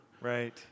Right